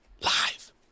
Live